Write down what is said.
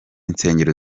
nsengero